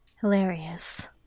Hilarious